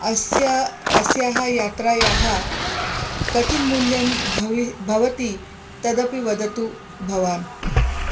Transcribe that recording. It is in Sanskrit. अस्य अस्याः यात्रायाः कति मूल्यं भवति भवति तदपि वदतु भवान्